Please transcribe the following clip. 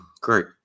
Great